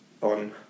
on